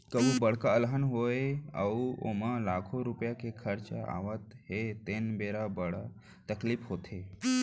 कभू बड़का अलहन होगे अउ ओमा लाखों रूपिया के खरचा आवत हे तेन बेरा बड़ तकलीफ होथे